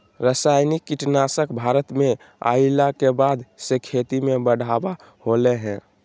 रासायनिक कीटनासक भारत में अइला के बाद से खेती में बढ़ावा होलय हें